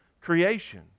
creation